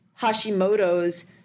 Hashimoto's